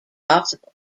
possible